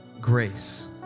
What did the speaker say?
grace